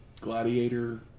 Gladiator